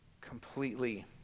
completely